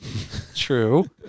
True